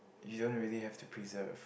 you don't really have to preserve